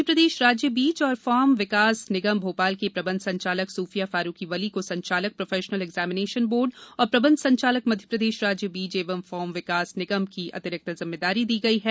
मध्यप्रदेश राज्य बीज एवं फार्म विकास निगम भोपाल की प्रबंध संचालक सूफिया फारुकी वली को संचालक प्रोफेशनल एग्जामिनेशन बोर्ड और प्रबंध संचालक मध्यप्रदेश राज्य बीज एवं फार्म विकास निगम की अतिरिक्त जिम्मेदारी दी गयी है